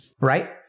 Right